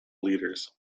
leaders